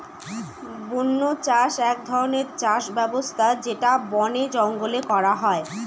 বন্য চাষ এক ধরনের চাষ ব্যবস্থা যেটা বনে জঙ্গলে করা হয়